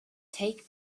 take